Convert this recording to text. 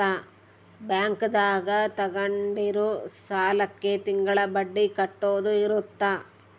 bank ದಾಗ ತಗೊಂಡಿರೋ ಸಾಲಕ್ಕೆ ತಿಂಗಳ ಬಡ್ಡಿ ಕಟ್ಟೋದು ಇರುತ್ತ